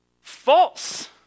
False